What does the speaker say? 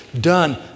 done